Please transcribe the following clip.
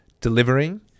delivering